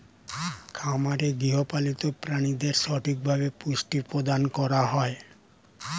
খামারে গৃহপালিত প্রাণীদের সঠিকভাবে পুষ্টি প্রদান করা হয়